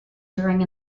during